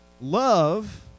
Love